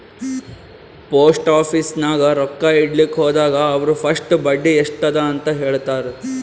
post office ನಾಗ್ ರೊಕ್ಕಾ ಇಡ್ಲಕ್ ಹೋದಾಗ ಅವ್ರ ಫಸ್ಟ್ ಬಡ್ಡಿ ಎಸ್ಟ್ ಅದ ಅಂತ ಹೇಳ್ತಾರ್